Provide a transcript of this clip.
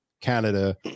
Canada